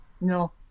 No